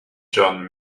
john